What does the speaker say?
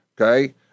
okay